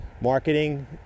Marketing